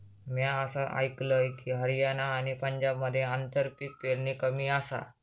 म्या असा आयकलंय की, हरियाणा आणि पंजाबमध्ये आंतरपीक पेरणी कमी आसा